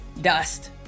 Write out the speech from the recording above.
dust